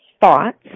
thoughts